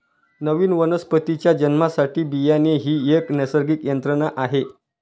नवीन वनस्पतीच्या जन्मासाठी बियाणे ही एक नैसर्गिक यंत्रणा आहे